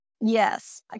Yes